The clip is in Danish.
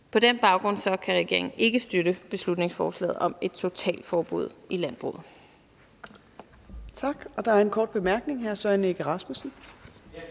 På den baggrund kan regeringen ikke støtte beslutningsforslaget om et totalforbud i landbruget.